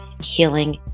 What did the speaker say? healing